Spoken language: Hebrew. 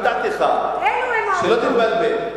תתבלבל.